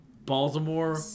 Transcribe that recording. Baltimore